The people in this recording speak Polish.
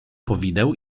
powideł